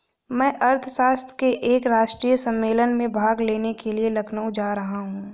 मैं अर्थशास्त्र के एक राष्ट्रीय सम्मेलन में भाग लेने के लिए लखनऊ जा रहा हूँ